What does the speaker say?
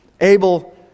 Abel